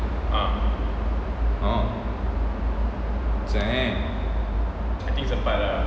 ah oh damn